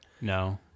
no